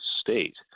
state